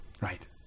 right